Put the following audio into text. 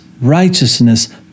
righteousness